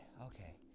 Okay